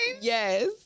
Yes